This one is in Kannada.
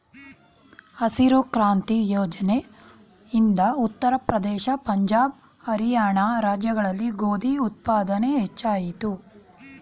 ಹಸಿರು ಕ್ರಾಂತಿ ಯೋಜನೆ ಇಂದ ಉತ್ತರ ಪ್ರದೇಶ, ಪಂಜಾಬ್, ಹರಿಯಾಣ ರಾಜ್ಯಗಳಲ್ಲಿ ಗೋಧಿ ಉತ್ಪಾದನೆ ಹೆಚ್ಚಾಯಿತು